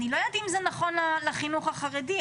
אני לא יודעת אם זה נכון לחינוך החרדי.